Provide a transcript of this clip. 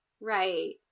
Right